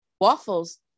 Waffles